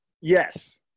Yes